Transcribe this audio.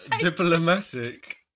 diplomatic